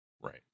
right